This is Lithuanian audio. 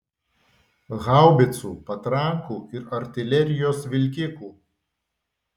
haubicų patrankų ir artilerijos vilkikų